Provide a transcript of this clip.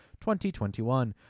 2021